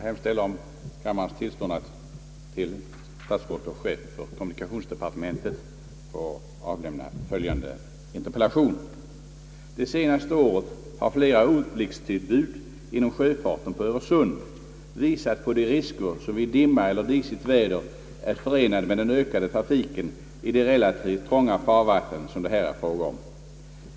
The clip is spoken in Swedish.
Herr talman! Det senaste året har flera olyckstillbud inom sjöfarten på Öresund visat på de risker som vid dimma eller disigt väder är förenad med den ökade trafiken i de relativt trånga farvatten, som det här är fråga om.